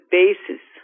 basis